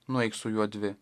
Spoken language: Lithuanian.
nueik su juo dvi